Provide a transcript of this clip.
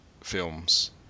films